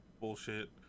bullshit